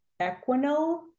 Equinol